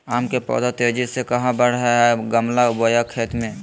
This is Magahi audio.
आम के पौधा तेजी से कहा बढ़य हैय गमला बोया खेत मे?